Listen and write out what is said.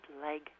leg